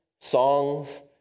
songs